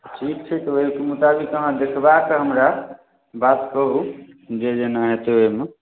ठीक छै तऽ ओहिके मुताबिक अहाँ देखबाके हमरा बात कहू जे जेना हेतै ओहिमे